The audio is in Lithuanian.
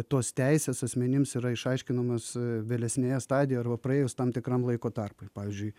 tos teisės asmenims yra išaiškinamos vėlesnėje stadijoj arba praėjus tam tikram laiko tarpui pavyzdžiui